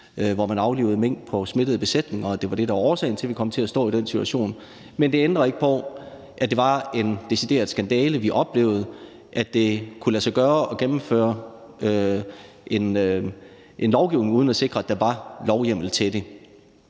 hvor man aflivede mink i smittede besætninger, og at det var det, der var årsagen til, at vi kom til at stå i den situation. Men det ændrer ikke på, at det var en decideret skandale, vi oplevede, nemlig at det kunne lade sig gøre at gennemføre en lovgivning uden at sikre, at der var lovhjemmel til det.